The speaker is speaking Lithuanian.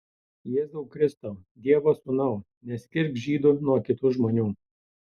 jėzau kristau dievo sūnau neskirk žydų nuo kitų žmonių